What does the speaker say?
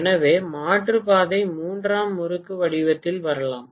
எனவே மாற்று பாதை மூன்றாம் முறுக்கு வடிவத்தில் வரலாம்